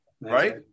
Right